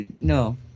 no